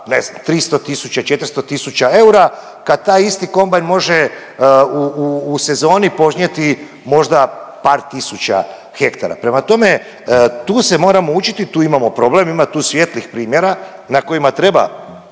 400 tisuća eura kad taj isti kombajn može u sezoni požnjeti možda par tisuća hektara. Prema tome, tu se moramo učiti, tu imamo problem, ima tu svijetlih primjera na kojima treba